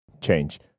Change